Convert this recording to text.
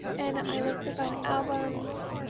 and i will click on albums,